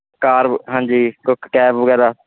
ਕਾਰ ਹਾਂਜੀ ਕਕ ਕੈਬ ਵਗੈਰਾ